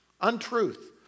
untruth